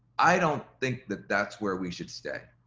i don't think that that's where we should stay.